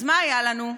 אז מה היה לנו?